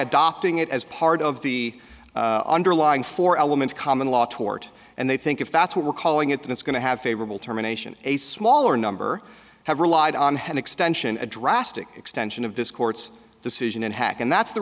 adopting it as part of the underlying four elements common law tort and they think if that's what we're calling it then it's going to have favorable terminations a smaller number have relied on head extension a drastic extension of this court's decision in hack and that's the